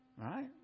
Right